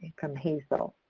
from hazel.